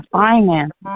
finance